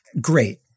great